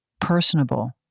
personable